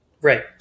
Right